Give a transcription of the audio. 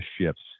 shifts